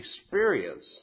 experience